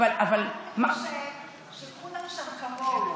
אבי חושב שכולם שם כמוהו,